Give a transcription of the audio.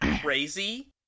crazy